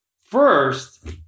First